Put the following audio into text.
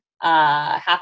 half